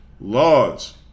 laws